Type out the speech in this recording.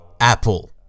Apple